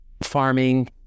farming